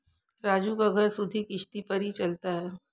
राजू का घर सुधि किश्ती पर ही चलता है